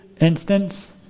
instance